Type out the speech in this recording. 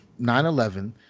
9-11